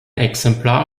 exemplar